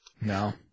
No